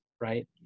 right